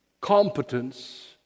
competence